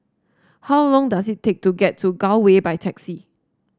how long does it take to get to Gul Way by taxi